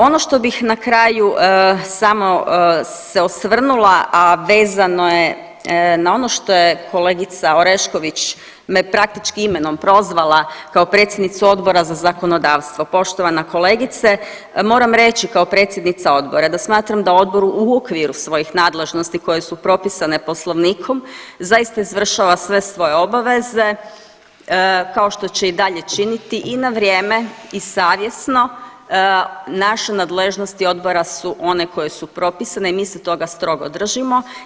Ono što bih na kraju samo se osvrnula, a vezano je na ono što je kolegica Orešković me praktički imenom prozvala kao predsjednicu Odbora za zakonodavstvo, poštovana kolegice, moram reći kao predsjednica Odbora, da smatram da Odbor u okviru svojih nadležnosti koje su propisane Poslovnikom zaista izvršava sve svoje obaveze, kao što će i dalje činiti i na vrijeme i savjesno, naše nadležnosti Odbora su one koje su propisane i mi se toga strogo držimo.